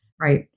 right